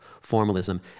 formalism